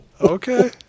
Okay